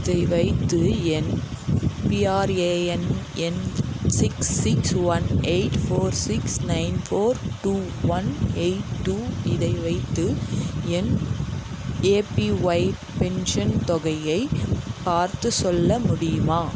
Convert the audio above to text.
இதை வைத்து என் பிஆர்ஏஎன் எண் six six one eight four six nine four two one eight two இதை வைத்து என் ஏபிஒய் பென்ஷன் தொகையை பார்த்துச் சொல்ல முடியுமா